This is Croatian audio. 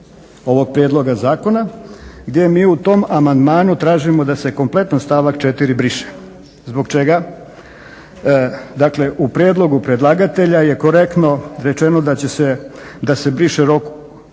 ovog prijedloga zakona gdje mi u tom amandmanu tražimo da se kompletan stavak 4. briše. Zbog čega? Dakle u prijedlogu predlagatelja je korektno rečeno da se briše rok,